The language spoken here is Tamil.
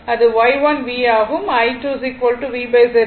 I2 VZ2 இது Y2 V ஆகும்